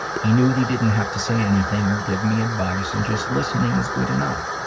he knew he didn't have to say anything or give me advice and just listening is good enough.